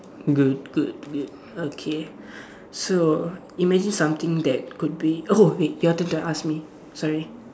good good good okay so imagine something that could be oh wait your turn to ask me sorry